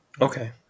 okay